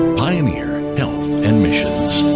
i am here at delft and missions